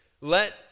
let